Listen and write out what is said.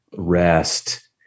Rest